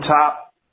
Top